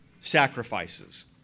sacrifices